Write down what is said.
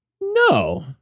No